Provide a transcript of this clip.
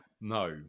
No